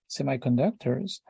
semiconductors